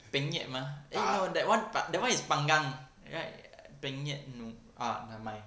penyet mah eh no one but that [one] is panggang right penyet no ah never mind